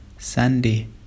Sandy